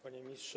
Panie Ministrze!